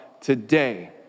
today